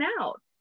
out